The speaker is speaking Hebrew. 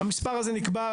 המספר הזה נקבע ,